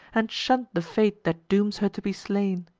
and shunn'd the fate that dooms her to be slain.